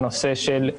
בנושא של היווּנים,